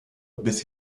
bis